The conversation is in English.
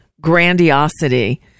grandiosity